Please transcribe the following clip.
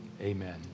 Amen